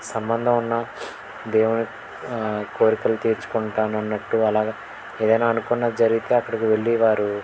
సంబంధం ఉన్న దేవుని కోరికలు తీర్చుకుంటానన్నట్టు అలాగ ఏదైనా అనుకున్నది జరిగితే అక్కడికి వెళ్ళేవారు